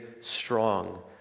strong